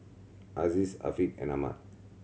Aziz Afiq and Ahmad